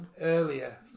earlier